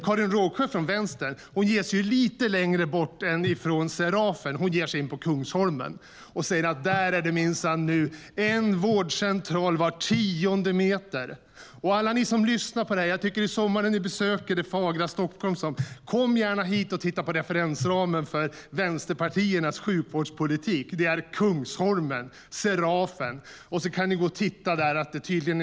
Karin Rågsjö från Vänstern ger sig lite längre bort från Serafen, till en annan del av Kungsholmen, och säger att det där finns en vårdcentral var tionde meter. Till alla er som lyssnar på det här vill jag säga att när ni i sommar besöker det fagra Stockholm, kom gärna hit och titta på referensramen för vänsterpartiernas sjukvårdspolitik. Det är Kungsholmen och Serafen.